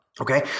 Okay